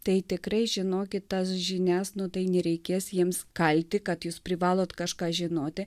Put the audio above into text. tai tikrai žinokit tas žinias nuodai nereikės jiems kalti kad jūs privalote kažką žinoti